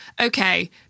okay